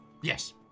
Yes